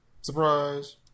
Surprise